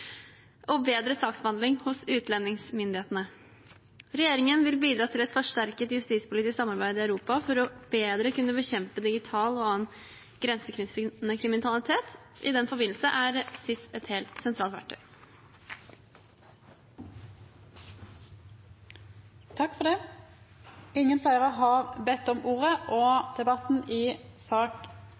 og bedre saksbehandling hos utlendingsmyndighetene. Regjeringen vil bidra til et forsterket justispolitisk samarbeid i Europa for bedre å kunne bekjempe digital og annen grensekryssende kriminalitet. I den forbindelse er SIS et helt sentralt verktøy. Fleire har ikkje bedt om ordet til sakene nr. 5 og 6. Etter ønske frå justiskomiteen vil presidenten ordna debatten